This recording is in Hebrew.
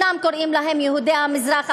אומנם קוראים להם יהודי המזרח,